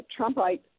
Trumpite